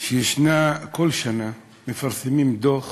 שבכל שנה מפרסמים דוח